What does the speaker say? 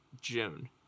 June